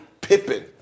Pippen